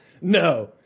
no